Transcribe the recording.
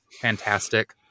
fantastic